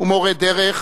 הוא מורה דרך